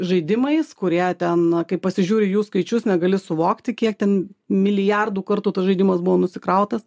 žaidimais kurie ten kai pasižiūri į jų skaičius negali suvokti kiek ten milijardų kartų tas žaidimas buvo nusikrautas